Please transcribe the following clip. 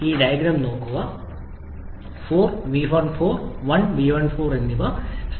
ഈ ഡയഗ്രം നോക്കൂ 4v1 1v4 എന്നിവ സ്ഥിരമായ വോളിയം പ്രക്രിയയാണ്